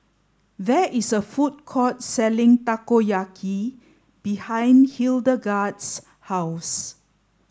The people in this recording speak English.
there is a food court selling Takoyaki behind Hildegarde's house